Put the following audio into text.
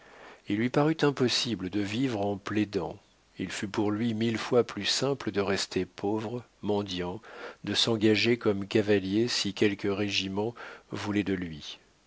il lui parut impossible de vivre en plaidant il fut pour lui mille fois plus simple de rester pauvre mendiant de s'engager comme cavalier si quelque régiment voulait de lui